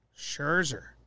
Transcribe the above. Scherzer